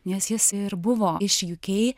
nes jis ir buvo iš uk